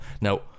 now